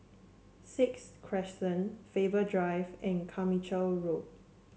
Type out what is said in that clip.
Sixth Crescent Faber Drive and Carmichael Road